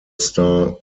star